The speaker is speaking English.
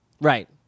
right